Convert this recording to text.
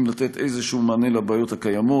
לתת מענה כלשהו על הבעיות הקיימות.